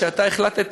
שהחלטת